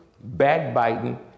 backbiting